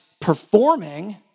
performing